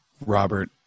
Robert